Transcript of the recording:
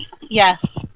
yes